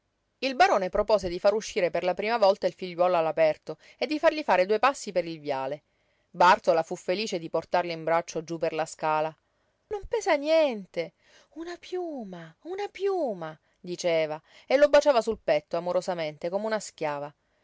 il barone propose di fare uscire per la prima volta il figliuolo all'aperto e di fargli fare due passi per il viale bàrtola fu felice di portarlo in braccio giú per la scala non pesa niente una piuma una piuma diceva e lo baciava sul petto amorosamente come una schiava